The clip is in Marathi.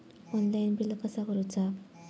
ऑनलाइन बिल कसा करुचा?